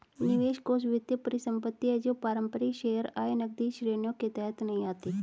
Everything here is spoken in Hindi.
निवेश कोष वित्तीय परिसंपत्ति है जो पारंपरिक शेयर, आय, नकदी श्रेणियों के तहत नहीं आती